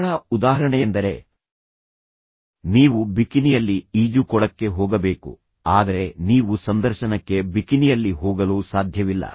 ಸರಳ ಉದಾಹರಣೆಯೆಂದರೆ ನೀವು ಬಿಕಿನಿಯಲ್ಲಿ ಈಜುಕೊಳಕ್ಕೆ ಹೋಗಬೇಕು ಆದರೆ ನೀವು ಸಂದರ್ಶನಕ್ಕೆ ಬಿಕಿನಿಯಲ್ಲಿ ಹೋಗಲು ಸಾಧ್ಯವಿಲ್ಲ